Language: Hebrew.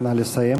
נא לסיים.